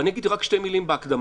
ואני אגיד רק שתי מילים בהקדמה: